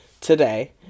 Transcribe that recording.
today